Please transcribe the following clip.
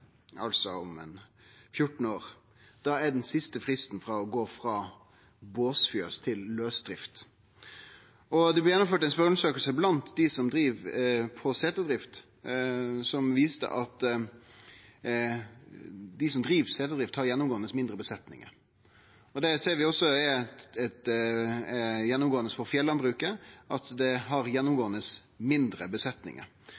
altså om 14 år, er det siste frist for å gå frå båsfjøs til lausdrift. Det blei gjennomført ei spørjeundersøking blant dei som driv seterdrift, som viste at dei som driv seterdrift, har gjennomgåande mindre besetningar. Det ser vi også er gjennomgåande for fjellandbruket – ein har gjennomgåande mindre besetningar, og færre har lagt om til lausdrift. Det betyr at